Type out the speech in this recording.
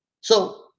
So-